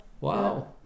wow